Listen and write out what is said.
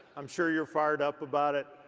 i'm sure your fired up about it.